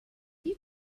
you